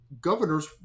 governors